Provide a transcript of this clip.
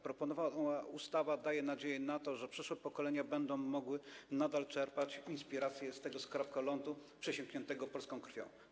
Proponowana ustawa daje nadzieję na to, że przyszłe pokolenia będą mogły nadal czerpać inspirację z tego skrawka lądu przesiąkniętego polską krwią.